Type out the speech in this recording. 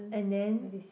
and then